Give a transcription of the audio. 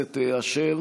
הצעת ועדת החוקה,